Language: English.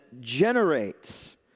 generates